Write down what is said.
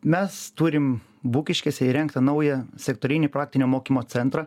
mes turim bukiškėse įrengtą naują sektorinį praktinio mokymo centrą